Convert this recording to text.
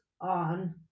on